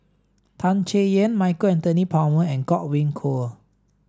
Tan Chay Yan Michael Anthony Palmer and Godwin Koay